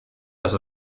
dass